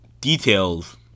details